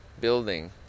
building